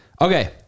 Okay